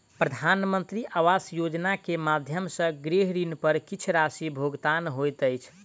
प्रधानमंत्री आवास योजना के माध्यम सॅ गृह ऋण पर किछ राशि भुगतान होइत अछि